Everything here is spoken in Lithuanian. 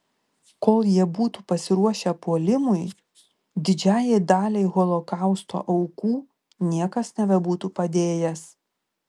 kol jie būtų pasiruošę puolimui didžiajai daliai holokausto aukų niekas nebebūtų padėjęs